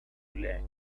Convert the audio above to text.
relaxed